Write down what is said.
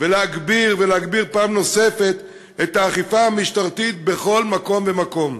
ולהגביר פעם נוספת את האכיפה המשטרתית בכל מקום ומקום.